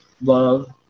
love